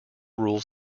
rules